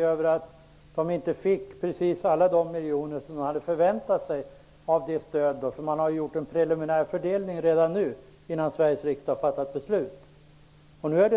över att de inte fick precis alla de miljoner som de hade förväntat sig. Man har ju gjort en preliminär fördelning redan nu innan Sveriges riksdag har fattat ett beslut i frågan.